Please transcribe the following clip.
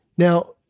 Now